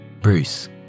Bruce